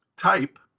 Type